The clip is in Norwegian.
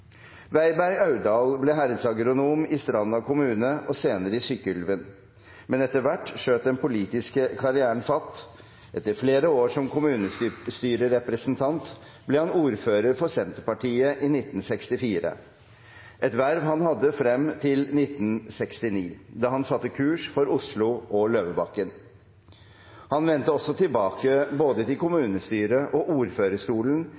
nærmest. Weiberg-Aurdal ble herredsagronom i Stranda kommune og senere i Sykkylven, men etter hvert skjøt den politiske karrieren fart. Etter flere år som kommunestyrerepresentant ble han ordfører, for Senterpartiet, i 1964 – et verv han hadde frem til 1969, da han satte kurs for Oslo og Løvebakken. Han vendte også tilbake til både kommunestyret og ordførerstolen